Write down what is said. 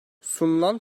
sunulan